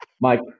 mike